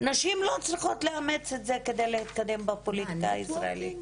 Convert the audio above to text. נשים לא צריכות לאמץ את זה כדי להתקדם בפוליטיקה הישראלית,